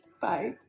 Bye